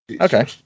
okay